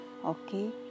Okay